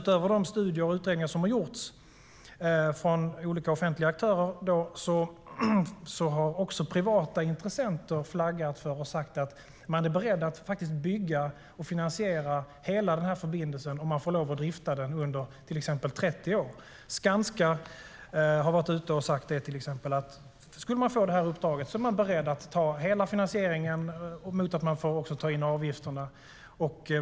Utöver de studier och utredningar som har gjorts av olika offentliga aktörer har också privata intressenter flaggat för och sagt att man är beredd att bygga och finansiera hela förbindelsen om man får lov att driva den under till exempel 30 år. Skanska har till exempel varit ute och sagt att om man skulle få uppdraget är man beredd att ta hela finansieringen mot att man också får ta in avgifterna.